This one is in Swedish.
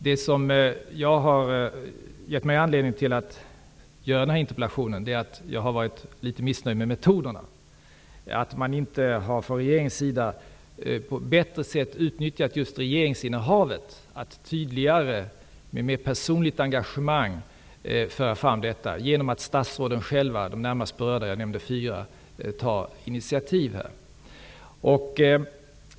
Det som har gett mig anledning att framställa denna interpellation är att jag har varit litet missnöjd med metoderna, dvs. att man från regeringens sida inte har utnyttjat regeringsinnehavet på ett bättre sätt genom att med ett tydligare och mer personligt engagemang föra fram vår ståndpunkt och genom att de berörda statsråden själva -- jag nämnde fyra -- ta initiativ i frågan.